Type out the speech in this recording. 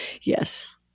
yes